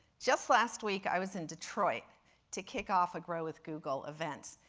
just last week, i was in detroit to kick off a grow with google event,